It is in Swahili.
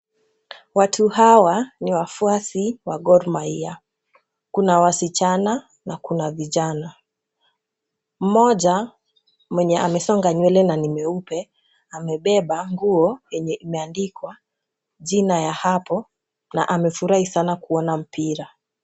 Watu hawa ni wafuasi wa Gor Mahia. Kuna wasichana na kuna wavulana. Mmoja mwenye amesisonga nywele na ni mweupe amebeba nguo yenye imeandikwa jina ya hapo na amefurahi sana kuona mpira.